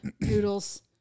noodles